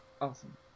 Awesome